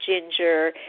ginger